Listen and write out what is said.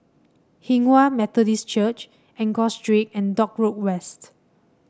Hinghwa Methodist Church Enggor Street and Dock Road West